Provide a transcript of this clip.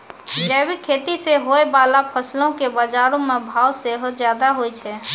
जैविक खेती से होय बाला फसलो के बजारो मे भाव सेहो ज्यादा होय छै